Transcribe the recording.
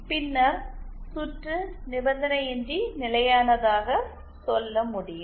பின்னர் சுற்று நிபந்தனையற்ற நிலையானது சொல்ல முடியும்